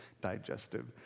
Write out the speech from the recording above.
digestive